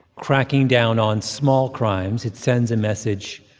cracking down on small crimes, it sends a message